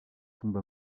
tombe